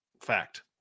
Fact